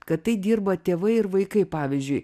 kad tai dirba tėvai ir vaikai pavyzdžiui